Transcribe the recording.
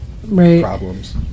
problems